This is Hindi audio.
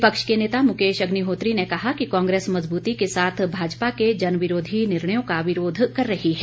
विपक्ष के नेता मुकेश अग्निहोत्री ने कहा कि कांग्रेस मजबूती के साथ भाजपा के जनविरोधी निर्णयों का विरोध कर रही है